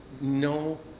no